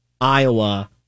Iowa